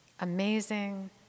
amazing